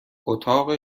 اتاق